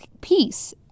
peace